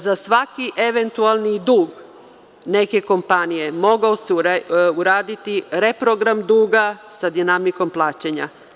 Za svaki eventualni dug neke kompanije mogao se uraditi reprogram duga sa dinamikom plaćanja.